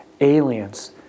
aliens